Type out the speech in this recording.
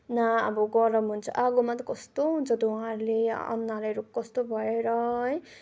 न अब गरम हुन्छ आगोमा त कस्तो हुन्छ धुँवाहरूले अनुहारहरू कस्तो भएर है